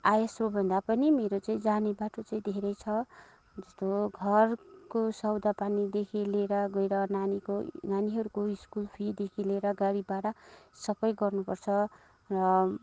आयस्रोतभन्दा पनि मेरो चाहिँ जाने बाटो चाहिँ धेरै छ जस्तो घरको सौदा पानीदेखि लिएर गएर नानीको नानीहरूको स्कुल फीदेखि लिएर गाडी भाडा सबै गर्नु पर्छ र